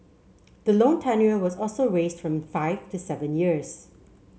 the loan tenure was also raised from five to seven years